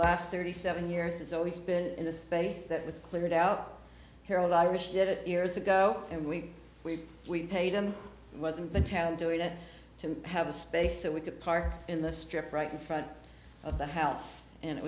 last thirty seven years it's always been in the space that was cleared out here a lot i wish it years ago and we we we paid him wasn't the town doing it to have a space so we could park in the strip right in front of the house and it